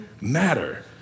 matter